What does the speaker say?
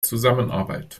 zusammenarbeit